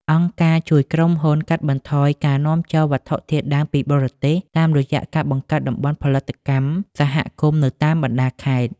អង្គការជួយក្រុមហ៊ុនកាត់បន្ថយការនាំចូលវត្ថុធាតុដើមពីបរទេស តាមរយៈការបង្កើតតំបន់ផលិតកម្មសហគមន៍នៅតាមបណ្ដាខេត្ត។